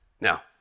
Now